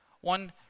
one